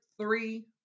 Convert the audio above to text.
three